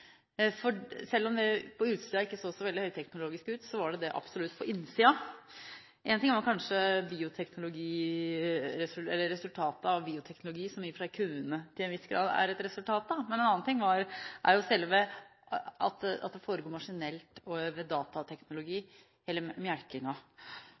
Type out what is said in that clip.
Selv om det på utsiden ikke så så veldig høyteknologisk ut, var det absolutt det på innsiden. Én ting var kanskje bioteknologi, som i og for seg kuene til en viss grad er et resultat av, men en annen ting er jo det at melkingen foregår maskinelt og ved